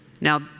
Now